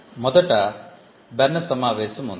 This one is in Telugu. మొదట బెర్న్ సమావేశం ఉంది